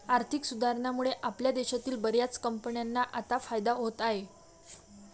आर्थिक सुधारणांमुळे आपल्या देशातील बर्याच कंपन्यांना आता फायदा होत आहे